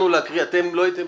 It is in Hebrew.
אתם?